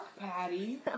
patty